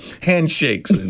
handshakes